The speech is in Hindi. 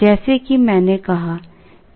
जैसा कि मैंने कहा 3 घटक हैं